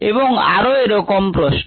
এবং আরো এরকম প্রশ্ন